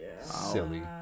silly